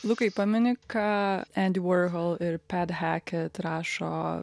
lukai pameni ką andy warhol ir pat hackett rašo